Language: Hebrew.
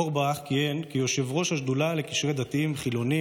אורבך כיהן כיושב-ראש השדולה לקשרי דתיים-חילונים